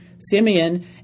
Simeon